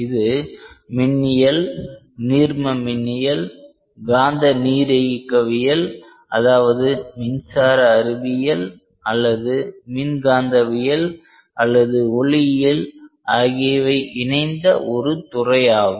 இது மின்னியல் நீர்ம மின்னியல் காந்த நீரியக்கவியல் அதாவது மின்சார அறிவியல் அல்லது மின்காந்தவியல் அல்லது ஒளியியல் ஆகியவை இணைந்த ஒரு துறை ஆகும்